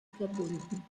verbunden